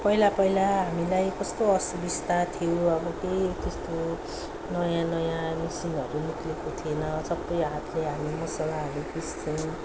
पहिला पहिला हामीलाई कस्तो असुविस्ता थियो अब केही त्यस्तो नयाँ नयाँ मिसिनहरू निक्लेको थिएन सबै हातले हामी मसलाहरू पिस्थ्यौँ